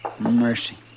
Mercy